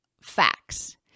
facts